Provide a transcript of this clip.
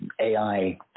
AI